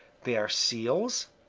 they are seals,